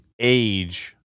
age